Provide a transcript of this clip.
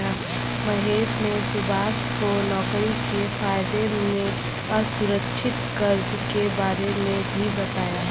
महेश ने सुभाष को नौकरी से फायदे में असुरक्षित कर्ज के बारे में भी बताया